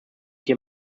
hier